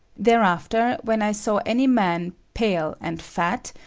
thereafter when i saw any man pale and fat,